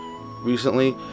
recently